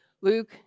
Luke